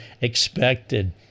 expected